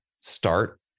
start